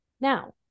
now